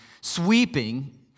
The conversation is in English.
sweeping